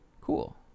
Cool